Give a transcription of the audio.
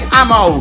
ammo